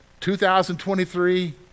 2023